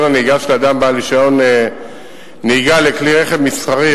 הנהיגה של אדם בעל רשיון נהיגה לכלי-רכב מסחרי,